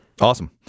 Awesome